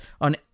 on